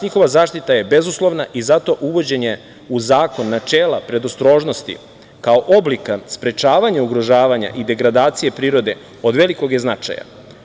Njihova zaštita je bezuslovna i zato uvođenje u zakon načela predostrožnosti, kao oblika sprečavanja ugrožavanja i degradacije prirode, od velikog je značaja.